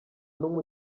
numwe